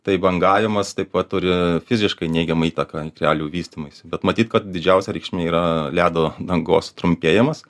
tai bangavimas taip pat turi fiziškai neigiamą įtaką ikrelių vystymuisi bet matyt kad didžiausia reikšmė yra ledo dangos trumpėjimas